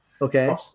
Okay